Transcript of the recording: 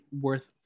worth